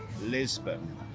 Lisbon